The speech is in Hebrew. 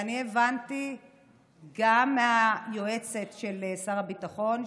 ואני הבנתי גם מהיועצת של שר הביטחון,